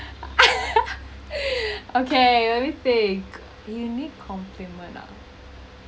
okay let me think unique compliment